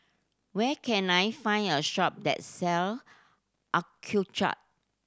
where can I find a shop that sell Accucheck